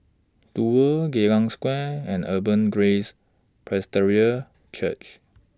Duo Geylang Square and Abundant Grace Presbyterian Church